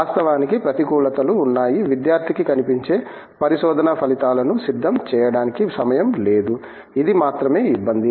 వాస్తవానికి ప్రతికూలతలు ఉన్నాయి విద్యార్థికి కనిపించే పరిశోధన ఫలితాలను సిద్ధం చేయడానికి సమయం లేదు ఇది మాత్రమే ఇబ్బంది